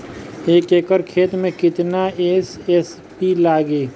एक एकड़ खेत मे कितना एस.एस.पी लागिल?